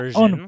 on